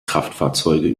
kraftfahrzeuge